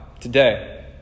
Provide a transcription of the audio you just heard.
today